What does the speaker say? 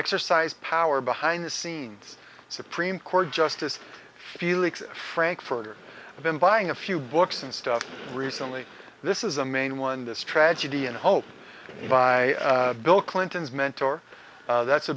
exercise power behind the scenes supreme court justice felix frankfurter i've been buying a few books and stuff recently this is a main one this tragedy and hope by bill clinton's mentor that's a